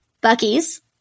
Bucky's